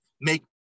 make